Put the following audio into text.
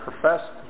professed